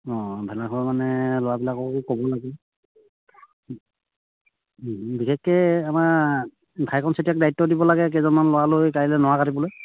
অঁ ভেলাঘৰ মানে ল'ৰাবিলাককো ক'ব লাগে বিশেষকৈ আমাৰ ভাইকণ চেতিয়াক দায়িত্ব দিব লাগে কেইজনমান ল'ৰা লৈ কাইলৈ নৰা কাটিবলৈ